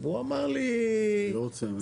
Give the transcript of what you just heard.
הוא אמר לי תשמע,